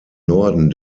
norden